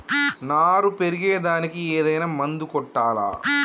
నారు పెరిగే దానికి ఏదైనా మందు కొట్టాలా?